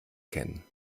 kennen